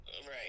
Right